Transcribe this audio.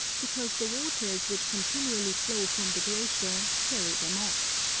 because the waters which continually flow from the glacier carry them off.